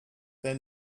then